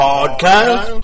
Podcast